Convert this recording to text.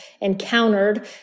encountered